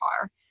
car